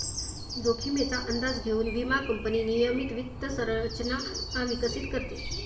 जोखमीचा अंदाज घेऊन विमा कंपनी नियमित वित्त संरचना विकसित करते